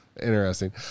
Interesting